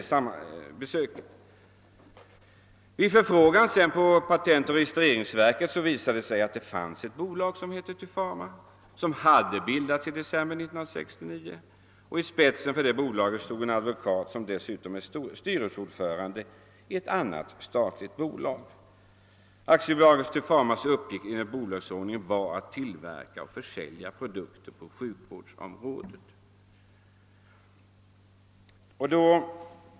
Vid förfrågan på patentoch registreringsverket visade det sig att det fanns ett bolag med namnet Tufama, som hade bildats i december 1969 och i vars ledning stod en advokat som dessutom är styrelseordförande i ett annat statligt bolag. AB Tufamas uppgift enligt bolagsordningen var att tillverka och försälja produkter på sjukvårdsområdet.